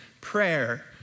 Prayer